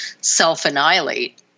self-annihilate